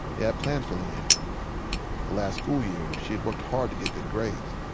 they had plans for le-ann. the last school year, she had worked hard to get good grades,